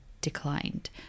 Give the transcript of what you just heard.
declined